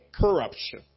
corruption